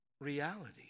reality